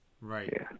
Right